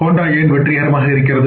Honda ஏன் வெற்றிகரமாக இருக்கிறது